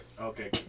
Okay